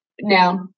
Now